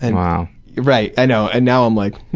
and wow. right, i know. and now i'm like,